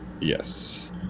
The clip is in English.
yes